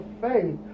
faith